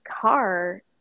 car